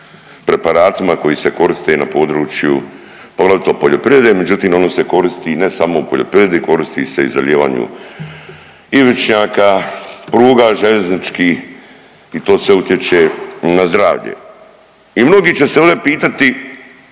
preparatima koji se koriste i na području poglavito poljoprivrede, međutim ono se koristi ne samo u poljoprivredi koristi se i u zalijevanju ivičnjaka, pruga željezničkih i to sve utječe na zdravlje. I mnogi će se ovdje pitati